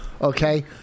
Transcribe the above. Okay